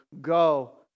Go